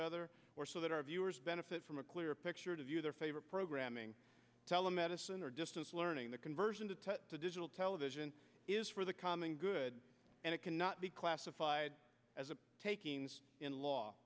other or so that our viewers benefit from a clearer picture to view their favorite programming telemedicine or distance learning the conversion to digital television is for the common good and it cannot be classified as a takings in law